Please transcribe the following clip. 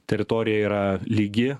teritorija yra lygi